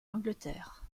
angleterre